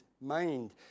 mind